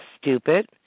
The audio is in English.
stupid